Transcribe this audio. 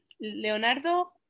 Leonardo